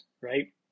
Right